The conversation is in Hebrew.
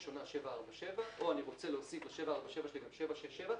ל-747 או אני רוצה להוסיף ל-747 שלי גם 767,